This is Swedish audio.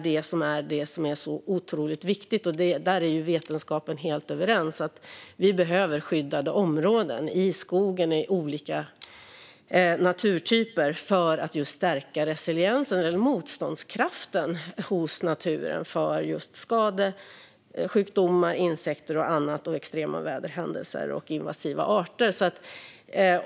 Det är otroligt viktigt, och där är vetenskapen helt överens: Vi behöver skyddade områden, i skogen och i andra naturtyper, för att stärka resiliensen eller motståndskraften hos naturen mot sjukdomar, skadeinsekter, extrema väderhändelser, invasiva arter och annat.